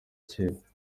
kera